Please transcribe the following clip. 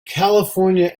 california